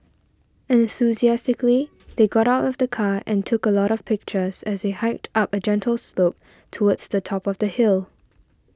enthusiastically they got out of the car and took a lot of pictures as they hiked up a gentle slope towards the top of the hill